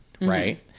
right